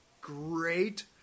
Great